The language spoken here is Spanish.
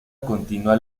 continua